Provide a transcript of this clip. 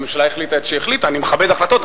הממשלה החליטה את מה שהחליטה, אני מכבד החלטות.